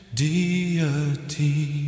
deity